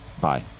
Bye